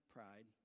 Pride